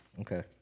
Okay